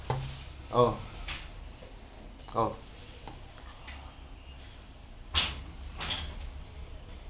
oh oh